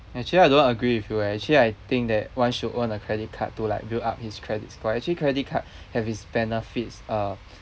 actually I don't agree with you eh actually I think that one should own a credit card to like build up his credits for actually credit card have its benefits uh